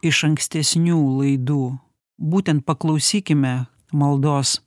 iš ankstesnių laidų būtent paklausykime maldos